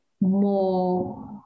more